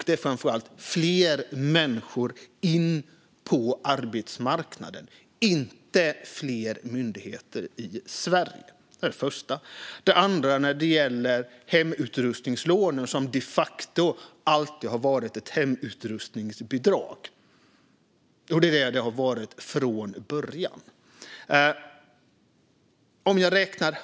Det är framför allt att få fler människor in på arbetsmarknaden, inte fler myndigheter i Sverige. Den andra frågan gäller hemutrustningslånen, som de facto alltid har varit ett hemutrustningsbidrag. Det är det som det har varit från början.